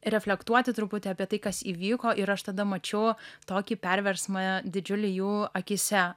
reflektuoti truputį apie tai kas įvyko ir aš tada mačiau tokį perversmą didžiulį jų akyse